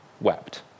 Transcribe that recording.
wept